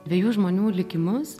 dviejų žmonių likimus